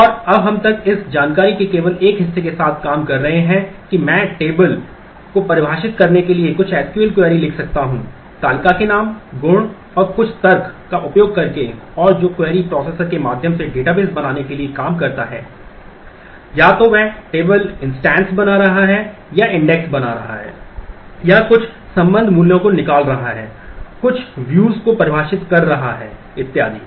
और अब तक हम इस जानकारी के केवल एक हिस्से के साथ काम कर रहे हैं कि मैं टेबल मूल्यों को निकाल रहा है कुछ views को परिभाषित कर रहा है इत्यादि